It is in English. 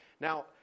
Now